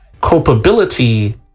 culpability